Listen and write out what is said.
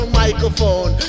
microphone